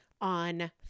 on